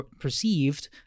perceived